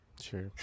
Sure